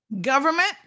Government